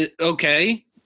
Okay